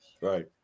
right